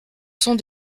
sont